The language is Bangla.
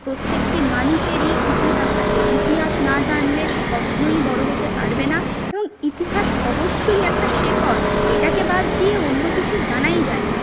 প্রত্যেকটি মানুষেরই ইতিহাস থাকে ইতিহাস না জানলে সে কখনই বড়ো হতে পারবে না এবং ইতিহাস অবশ্যই একটা শেকড় এটাকে বাদ দিয়ে অন্য কিছু জানাই যায় না